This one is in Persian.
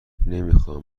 نمیخواهم